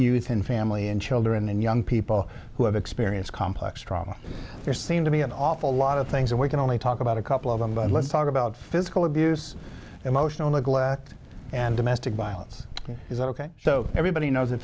youth and family in children and young people who have experience complex trauma there seem to be an awful lot of things that we can only talk about a couple of them but let's talk about physical abuse emotional neglect and domestic violence is ok so everybody knows that